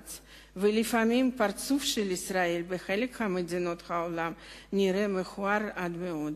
ולפעמים פרצופה של ישראל בחלק ממדינות העולם נראה מכוער עד מאוד.